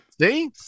See